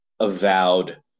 avowed